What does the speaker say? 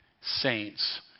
saints